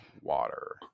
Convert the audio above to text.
water